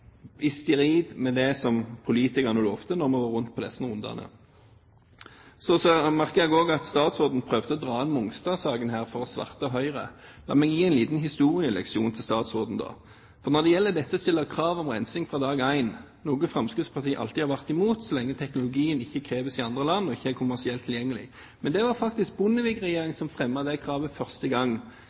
i strid med det som politikerne lovet da de var på disse rundene. Så merker jeg også at statsråden prøvde å dra Mongstad-saken for å sverte Høyre. La meg gi en liten historieleksjon til statsråden: Når det gjelder dette med å stille krav til rensing fra dag én, noe Fremskrittspartiet alltid har vært imot så lenge teknologien ikke kreves i andre land og ikke er kommersielt tilgjengelig, så var det faktisk Bondevik-regjeringen som fremmet det kravet første gang